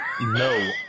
No